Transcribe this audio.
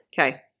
Okay